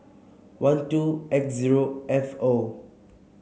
one two X zero F O